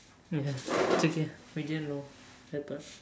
ya it's okay we didn't know I thought